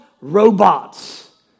robots